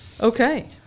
Okay